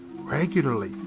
regularly